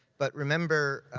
but remember,